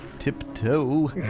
Tiptoe